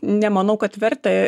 nemanau kad verta